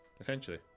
essentially